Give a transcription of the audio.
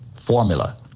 formula